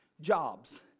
jobs